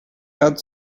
add